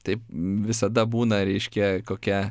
tai visada būna reiškia kokia